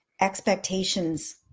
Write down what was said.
expectations